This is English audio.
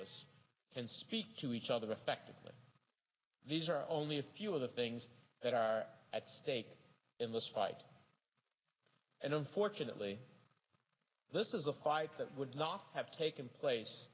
us can speak to each other respect these are only a few of the things that are at stake in this fight and unfortunately this is a fight that would not have taken place